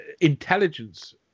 intelligence